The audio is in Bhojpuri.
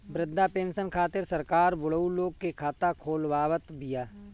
वृद्धा पेंसन खातिर सरकार बुढ़उ लोग के खाता खोलवावत बिया